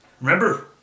remember